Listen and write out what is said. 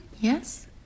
yes